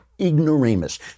ignoramus